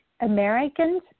Americans